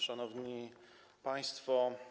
Szanowni Państwo!